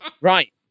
Right